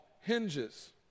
hinges